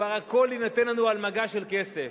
כבר הכול יינתן לנו על מגש של כסף.